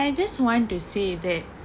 I just want to say that